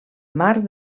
mar